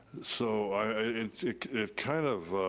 so it kind of,